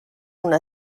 una